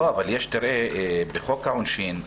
בחוק העונשין,